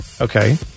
Okay